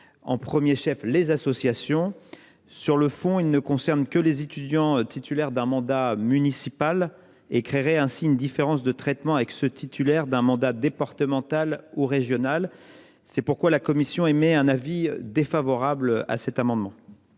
en premier lieu les associations. Sur le fond, il vise seulement les étudiants titulaires d’un mandat municipal ; son adoption créerait donc une différence de traitement avec les titulaires d’un mandat départemental ou régional. C’est pourquoi la commission émet un avis défavorable sur cet amendement.